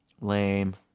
Lame